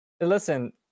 Listen